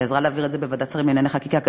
היא עזרה להעביר את זה בוועדת שרים לענייני חקיקה,